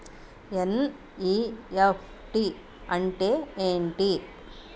NEFT అంటే ఎంటి?